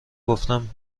گفتم